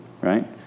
right